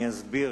אני אסביר,